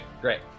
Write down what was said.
great